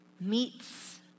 meets